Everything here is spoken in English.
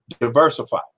diversify